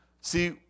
See